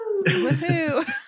Woohoo